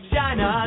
China